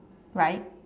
right